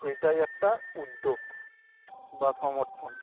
এইটাই একটা উদ্যোগ বা সমর্থন